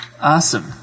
Awesome